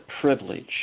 privilege